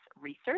research